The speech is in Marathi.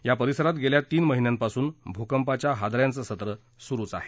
या परिसरात गेल्या तीन महिन्यापासून भूकंपाच्या हाद याचं सत्र सुरु आहे